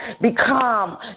Become